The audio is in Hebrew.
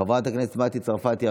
חבר הכנסת יוסף עטאונה,